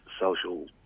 social